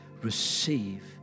receive